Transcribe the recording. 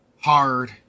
hard